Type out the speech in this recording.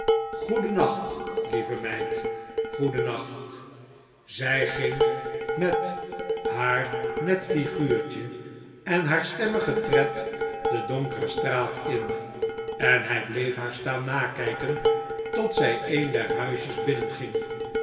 goedennacht lieve meid goedennacht zij ging met haar net flguurtje en haar stemmigen tred de donkere straat in en hij bleef haar staan nakijken tot zij een der huisjes binnenging